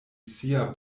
sia